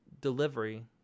delivery